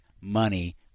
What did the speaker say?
money